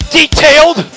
detailed